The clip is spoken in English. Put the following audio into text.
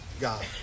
God